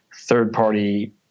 third-party